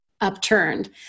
upturned